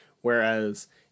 Whereas